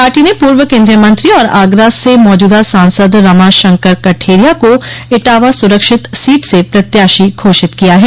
party ने पूर्व केन्द्रीय मंत्रो और आगरा से मौजूदा सांसद रमाशंकर कठेरिया को इटावा सुरक्षित सीट से प्रत्याशी घोषित किया है